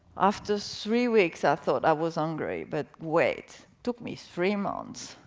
after three weeks, i thought i was hungry, but wait. took me three months.